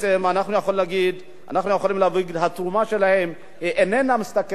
אנחנו יכולים להגיד שהתרומה שלהם איננה מסתכמת